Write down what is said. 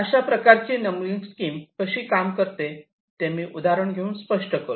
अशा प्रकारची numbering scheme कशी काम करते ते मी उदाहरण घेऊन स्पष्ट करतो